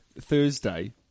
Thursday